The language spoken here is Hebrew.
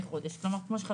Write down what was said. בעד.